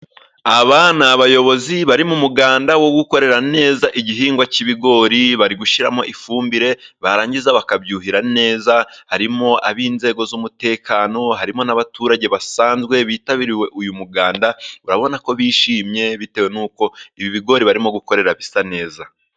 Aba ni abayobozi bari mu muganda wo gukorera neza igihingwa cy'ibigori. Bari gushyiramo ifumbire barangiza bakabyuhira neza. Harimo ab'inzego z'umutekano, harimo n'abaturage basanzwe bitabiriye uyu muganda. Urabona ko bishimye bitewe n'uko ibi bigori barimo gukorera bisa neza.